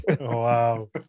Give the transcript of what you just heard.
Wow